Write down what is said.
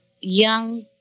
young